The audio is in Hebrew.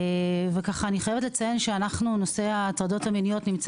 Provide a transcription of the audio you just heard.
אני חייבת לציין שנושא הטרדות מיניות נמצא